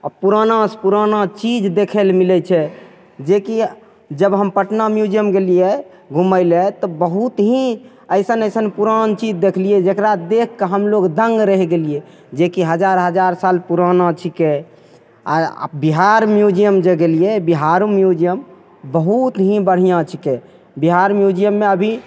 आ पुराना सऽ पुराना चीज देखै लए मिलै छै जेकि जब पटना म्युजियम गेलियै घुमै लए तऽ बहुत ही अइसन अइसन पुरान चीज देखलियै जेकरा देखके हमलोग दंग रहि गेलियै जेकि हजार हजार साल पुराना छिकै आर बिहार म्युजियम जे गेलियै बिहारो म्युजियम बहुतही बढ़िऑं छिकै बिहार म्युजियममे अभी